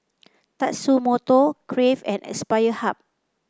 Tatsumoto Crave and Aspire Hub